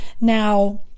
Now